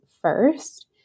first